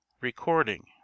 recording